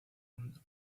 mundo